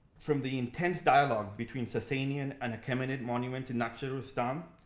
from the intense dialogue between sasanian and achaemenid monuments in naqsh-e ah rustam,